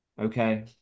Okay